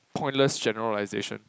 pointless generalization